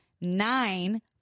Nine